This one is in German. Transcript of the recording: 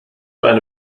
eine